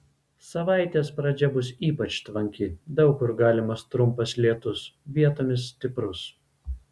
savaitės pradžia bus ypač tvanki daug kur galimas trumpas lietus vietomis stiprus